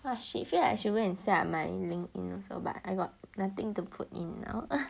!wah! shit feel like I should go and set up my LinkedIn also but I got nothing to put in now